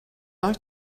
like